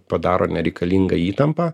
padaro nereikalingą įtampą